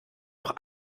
noch